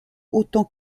autant